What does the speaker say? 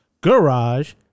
GARAGE